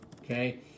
Okay